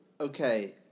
okay